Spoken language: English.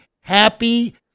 happy